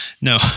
no